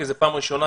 כי זו פעם ראשונה,